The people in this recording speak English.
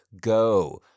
go